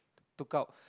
took out